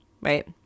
right